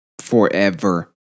Forever